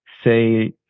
say